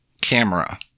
camera